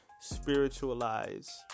spiritualize